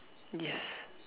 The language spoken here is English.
yes